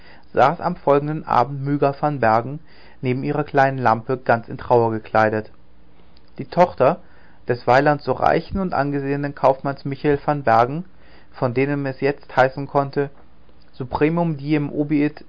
am folgenden abend myga van bergen neben ihrer kleinen lampe ganz in trauer gekleidet die tochter des weiland so reichen und angesehenen kaufmanns michael van bergen von dem es jetzt heißen konnte supremum diem